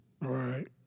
Right